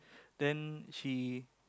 then she